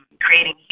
creating